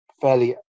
Fairly